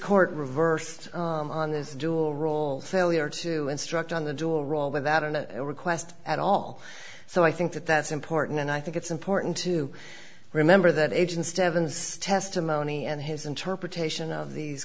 court reversed on this dual role failure to instruct on the dual role without a request at all so i think that that's important and i think it's important to remember that agent's devon's testimony and his interpretation of these